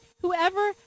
whoever